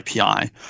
api